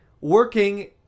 working